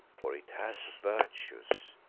for it has virtues,